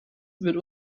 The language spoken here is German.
wird